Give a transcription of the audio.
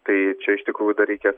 tai čia iš tikrųjų dar reikia